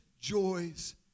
joys